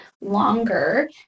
longer